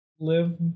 Live